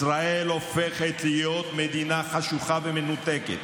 ישראל הופכת להיות מדינה חשוכה ומנותקת.